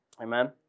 Amen